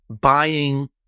buying